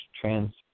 trans